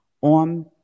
on